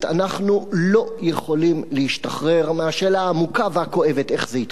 אנחנו לא יכולים להשתחרר מהשאלה העמוקה והכואבת איך זה התחיל.